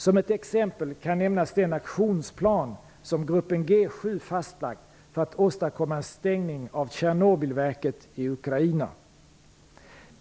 Som ett exempel kan nämnas den aktionsplan som gruppen G 7 fastlagt för att åstadkomma en stängning av Tjernobylverket i Ukraina.